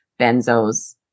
benzos